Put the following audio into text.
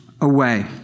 away